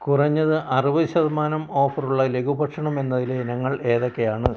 കുറഞ്ഞത് അറുപത് ശതമാനം ഓഫർ ഉള്ള ലഘുഭക്ഷണം എന്നതിലെ ഇനങ്ങൾ ഏതൊക്കെയാണ്